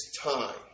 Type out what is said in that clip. time